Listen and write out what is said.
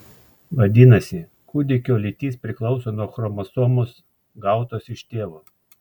vadinasi kūdikio lytis priklauso nuo chromosomos gautos iš tėvo